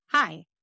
Hi